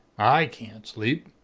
i can't sleep.